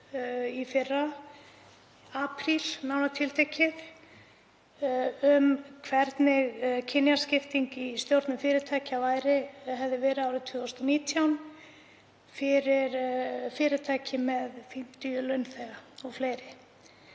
í fyrra, í apríl nánar tiltekið, um það hvernig kynjaskipting í stjórnum fyrirtækja hefði verið árið 2019, fyrir fyrirtæki með 50 launþega og fleiri.